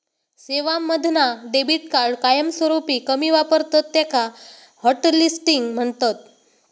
सेवांमधना debit card कायमस्वरूपी कमी वापरतत त्याका हॉटलिस्टिंग म्हणतत